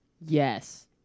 Yes